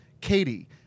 Katie